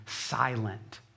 silent